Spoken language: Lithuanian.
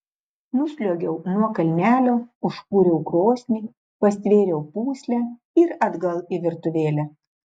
nusliuogiau nuo kalnelio užkūriau krosnį pastvėriau pūslę ir atgal į virtuvėlę